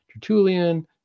tertullian